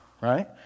right